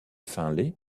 finlay